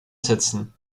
setzen